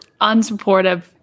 Unsupportive